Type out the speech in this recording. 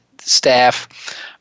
staff